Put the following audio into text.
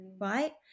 right